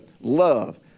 love